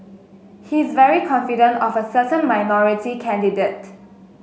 he's very confident of a certain minority candidate